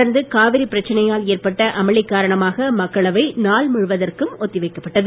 தொடர்ந்து காவிரிப் பிரச்சனையால் ஏற்பட்ட அமளி காரணமாக மக்களவை நாள் முழுவதற்கும் ஒத்திவைக்கப்பட்டது